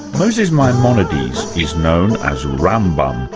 moses maimonides is known as rambam,